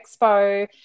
Expo